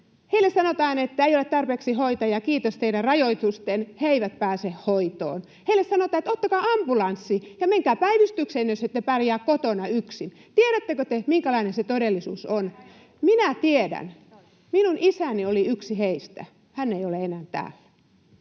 Heille sanotaan, että ei ole tarpeeksi hoitajia. Kiitos teidän rajoitusten, he eivät pääse hoitoon. Heille sanotaan, että ottakaa ambulanssi ja menkää päivystykseen, jos ette pärjää kotona yksin. Tiedättekö te, minkälainen se todellisuus on? Minä tiedän. Minun isäni oli yksi heistä. Hän ei ole enää täällä.